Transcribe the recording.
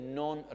non